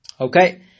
Okay